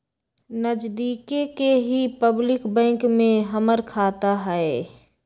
नजदिके के ही पब्लिक बैंक में हमर खाता हई